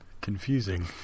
confusing